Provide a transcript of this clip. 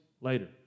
later